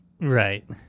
Right